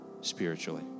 spiritually